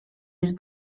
jest